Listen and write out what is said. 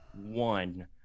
one